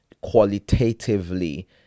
qualitatively